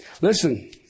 Listen